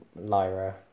Lyra